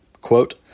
Quote